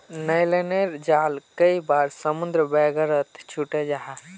न्य्लोनेर जाल कई बार समुद्र वगैरहत छूटे जाह